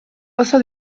oso